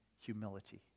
humility